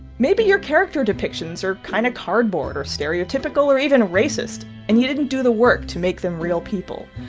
maybe your character depictions are kind of cardboard or stereotypical or even racist. and you didn't do the work to make them real people.